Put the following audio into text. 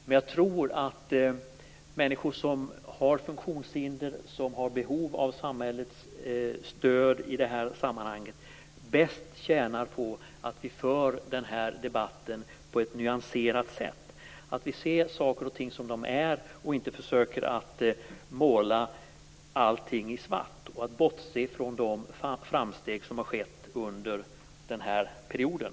Men jag tror att människor som har funktionshinder och som har behov av samhällets stöd i det här sammanhanget bäst tjänar på att vi för den här debatten på ett nyanserat sätt, ser saker och ting som de är, inte försöker att måla allting i svart och bortse från de framsteg som har skett under den här perioden.